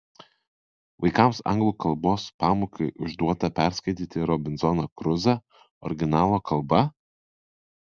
vaikams anglų kalbos pamokai užduota perskaityti robinzoną kruzą originalo kalba